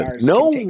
No